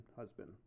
husband